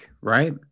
Right